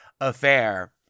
affair